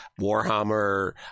Warhammer